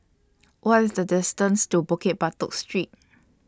What IS The distance to Bukit Batok Street